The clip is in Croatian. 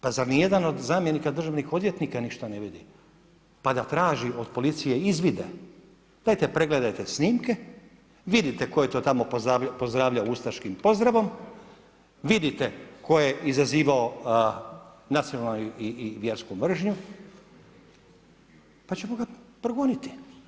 Pa zar ni jedan od zamjenika državnih odvjetnika ništa ne vidi, pa da traži od policije izvide, dajte pregledajte snimke, vidite tko je to tamo pozdravljao ustaškim pozdravom, vidite tko je izazivao nacionalnu i vjersku mržnju, pa ćemo ga progoniti.